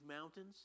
mountains